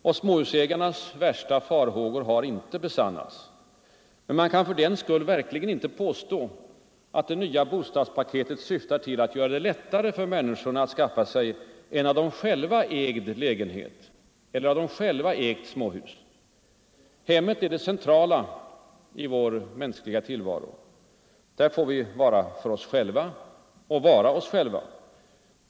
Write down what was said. Och småhusägarnas värsta farhågor har inte besannats. Man kan fördenskull verkligen inte påstå, att det nya bostadspaketet syftar till att göra det lättare för människorna att skaffa sig en av dem själva ägd lägenhet eller ett eget småhus. Hemmet är det centrala i vår mänskliga tillvaro. Där får vi vara för oss själva. Och vara oss själva.